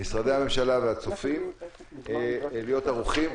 ממשרדי הממשלה ומהצופים להיות ערוכים.